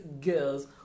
girls